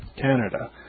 Canada